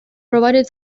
provided